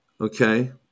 Okay